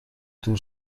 دور